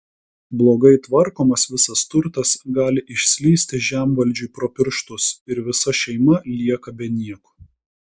blogai tvarkomas visas turtas gali išslysti žemvaldžiui pro pirštus ir visa šeima lieka be nieko